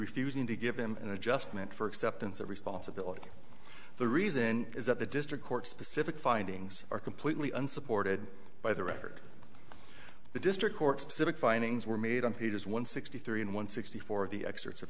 refusing to give him an adjustment for acceptance of responsibility the reason is that the district court specific findings are completely unsupported by the record the district court specific findings were made on pages one sixty three and one sixty four of the excerpts of